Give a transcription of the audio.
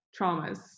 traumas